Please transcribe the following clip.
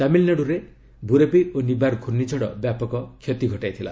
ତାମିଲନାଡୁରେ ବୁରେବି ଓ ନିବାର ଘୁର୍ଷ୍ଣିଝଡ଼ ବ୍ୟାପକ କ୍ଷତି ଘଟାଇଥିଲା